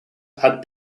had